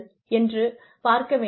என்று பார்க்க வேண்டும்